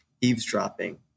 eavesdropping